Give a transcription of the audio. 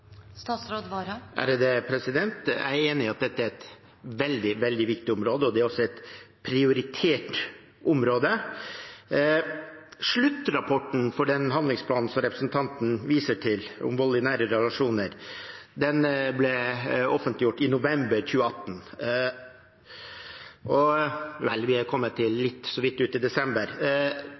Jeg er enig i at dette er et veldig, veldig viktig område, og det er også et prioritert område. Sluttrapporten for den handlingsplanen som representanten viser til, om vold i nære relasjoner, ble offentliggjort i november 2018, og – vel, vi er kommet så vidt ut i desember.